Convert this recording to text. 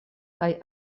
kaj